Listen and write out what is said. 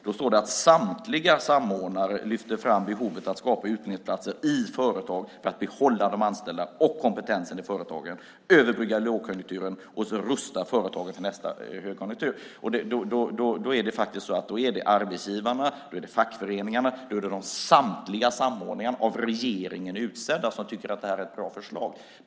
Där står det att samtliga samordnare lyfter fram behovet att skapa utbildningsplatser i företag för att behålla de anställda och kompetensen i företagen, överbrygga lågkonjunkturen och rusta företagen för nästa högkonjunktur. Då är det faktiskt arbetsgivarna, fackföreningarna och samtliga av regeringen utsedda samordnare som tycker att det här är ett bra förslag.